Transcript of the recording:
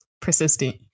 persistent